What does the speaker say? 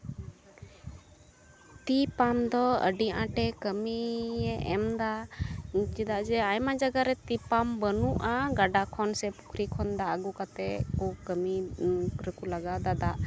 ᱛᱤ ᱯᱟᱢᱯ ᱫᱚ ᱟᱹᱰᱤ ᱟᱸᱴᱮ ᱠᱟᱹᱢᱤᱭᱮ ᱮᱢᱫᱟ ᱪᱮᱫᱟᱜ ᱡᱮ ᱟᱭᱢᱟ ᱡᱟᱭᱜᱟ ᱨᱮ ᱛᱤ ᱯᱟᱢᱯ ᱵᱟᱹᱱᱩᱜᱼᱟ ᱜᱟᱰᱟ ᱠᱷᱚᱱ ᱥᱮ ᱯᱩᱠᱷᱨᱤ ᱠᱷᱚᱱ ᱫᱟᱜ ᱟᱹᱜᱩ ᱠᱟᱛᱮᱫ ᱠᱚ ᱠᱟᱹᱢᱤ ᱨᱮᱠᱚ ᱞᱟᱜᱟᱣᱮᱫᱟ ᱫᱟᱜ